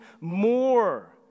more